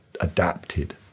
adapted